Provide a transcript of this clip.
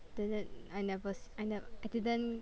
the~ then I never se~ I nev~ I didn't